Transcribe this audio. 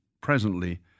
presently